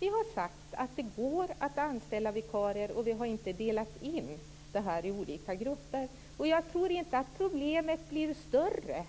Vi har sagt att det går att anställa vikarier. Vi har inte delat in människor i olika grupper. Och jag tror inte att problemet blir större